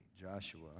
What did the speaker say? Joshua